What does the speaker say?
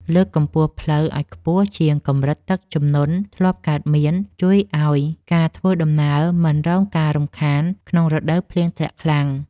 លើកកម្ពស់ផ្លូវឱ្យខ្ពស់ជាងកម្រិតទឹកជំនន់ធ្លាប់កើតមានជួយឱ្យការធ្វើដំណើរមិនរងការរំខានក្នុងរដូវភ្លៀងធ្លាក់ខ្លាំង។